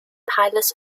pilots